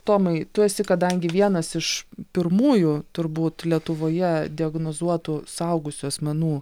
tomai tu esi kadangi vienas iš pirmųjų turbūt lietuvoje diagnozuotų suaugusių asmenų